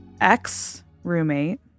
ex-roommate